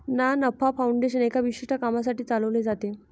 ना नफा फाउंडेशन एका विशिष्ट कामासाठी चालविले जाते